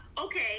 okay